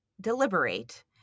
deliberate